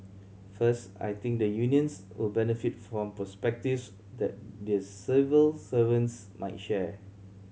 first I think the unions will benefit from perspectives that the civil servants might share